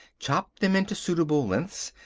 chopped them into suitable lengths,